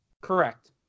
Correct